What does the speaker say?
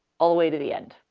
all the way to the end.